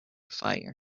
fire